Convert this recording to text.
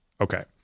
Okay